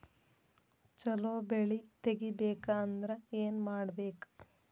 ಛಲೋ ಬೆಳಿ ತೆಗೇಬೇಕ ಅಂದ್ರ ಏನು ಮಾಡ್ಬೇಕ್?